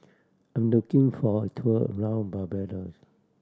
I'm looking for a tour around Barbados